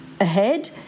ahead